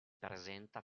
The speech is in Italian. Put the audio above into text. presenta